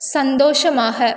சந்தோஷமாக